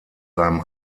seinem